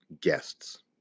guests